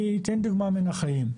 אני אתן דוגמה מהחיים.